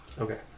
Okay